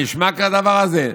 הנשמע כדבר הזה?